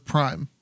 Prime